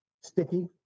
Sticky